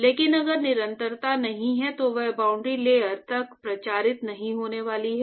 लेकिन अगर निरंतरता नहीं है तो वह बाउंड्री लेयर तक प्रचारित नहीं होने वाली है